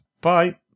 Bye